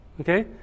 Okay